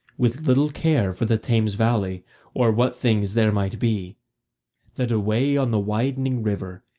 with little care for the thames valley or what things there might be that away on the widening river,